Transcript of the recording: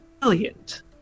brilliant